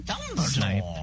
Snipe